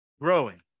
growing